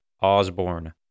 Osborne